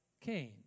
Cain